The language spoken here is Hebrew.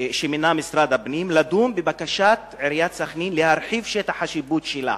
שמינה משרד הפנים לדון בבקשת עיריית סח'נין להרחיב את שטח השיפוט שלה.